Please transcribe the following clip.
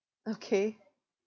okay